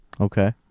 okay